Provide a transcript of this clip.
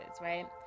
right